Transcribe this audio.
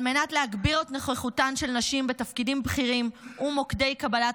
על מנת להגביר את נוכחותן של נשים בתפקידים בכירים ומוקדי קבלת